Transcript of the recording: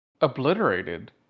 obliterated